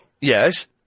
Yes